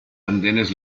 andenes